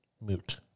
moot